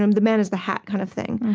um the man is the hat kind of thing.